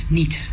niet